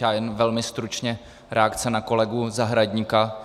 Já jen velmi stručně v reakci na kolegu Zahradníka.